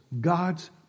God's